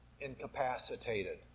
incapacitated